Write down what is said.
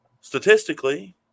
statistically